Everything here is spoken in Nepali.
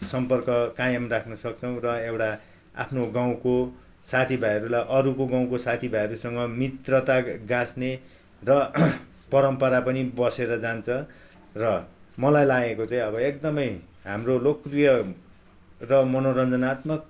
हाम्रो सम्पर्क कायम राख्नसक्छौँ र एउटा आफ्नो गाउँको साथीभाइहरूलाई अरूको गाउँको साथीभाइहरूसँग मित्रता गाँस्ने र परम्परा पनि बसेर जान्छ र मलाई लागेको चाहिँ अब एकदमै हाम्रो लोकप्रिय र मनोरञ्जनात्मक